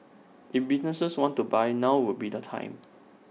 if businesses want to buy now would be the time